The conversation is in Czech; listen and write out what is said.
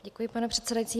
Děkuji, pane předsedající.